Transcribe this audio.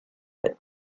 but